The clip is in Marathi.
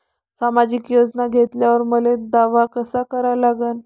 सामाजिक योजना घेतल्यावर मले दावा कसा करा लागन?